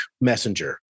Messenger